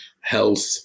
health